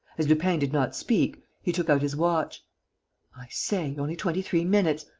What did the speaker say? as lupin did not speak, he took out his watch i say! only twenty-three minutes!